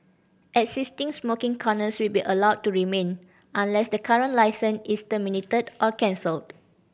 existing smoking corners will be allowed to remain unless the current licence is terminated or cancelled